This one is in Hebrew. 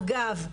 אגב,